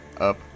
up